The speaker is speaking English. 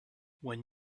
when